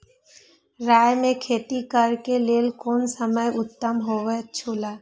राय के खेती करे के लेल कोन समय उत्तम हुए छला?